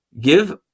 give